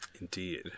Indeed